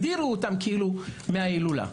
הדירו אותם מן ההילולה.